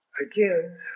Again